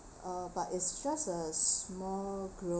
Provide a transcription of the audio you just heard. uh but it's just a small